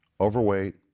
overweight